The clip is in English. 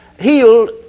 healed